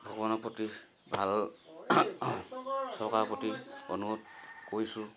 ভগৱানৰ প্ৰতি ভাল চৰকাৰৰ প্ৰতি অনুৰোধ কৰিছোঁ